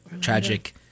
tragic